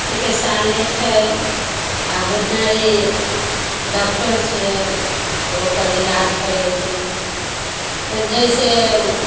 चिकित्सालय छै आ भेटनरी डॉक्टर छै तऽ ओकर ईलाज करै छै तऽ जैसे